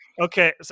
Okay